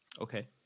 Okay